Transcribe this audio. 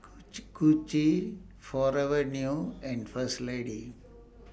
Gucci Forever New and First Lady